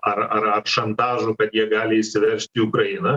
ar ar ar šantažu kad jie gali įsiveržti į ukrainą